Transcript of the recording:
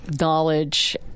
knowledge